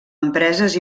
empreses